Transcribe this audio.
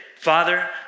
father